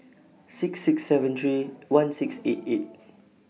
six six seven three one six eight eight